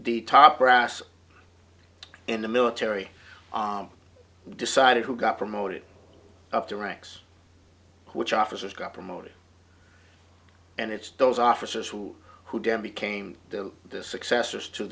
the top brass in the military decided who got promoted up the ranks which officers got promoted and it's those officers who who dan became the success